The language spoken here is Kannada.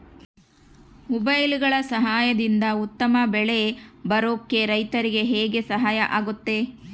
ಮೊಬೈಲುಗಳ ಸಹಾಯದಿಂದ ಉತ್ತಮ ಬೆಳೆ ಬರೋಕೆ ರೈತರಿಗೆ ಹೆಂಗೆ ಸಹಾಯ ಆಗುತ್ತೆ?